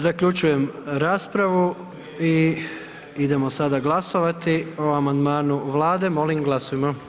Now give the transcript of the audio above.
Zaključujem raspravu i idemo sada glasovati o amandmanu Vlade, molim glasujmo.